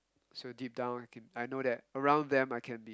so deep down I can I know that around them I can